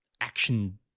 action